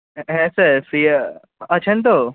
হ্যাঁ sir free আছেন তো